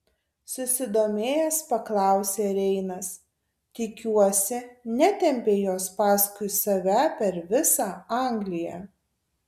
susidomėjęs paklausė reinas tikiuosi netempei jos paskui save per visą angliją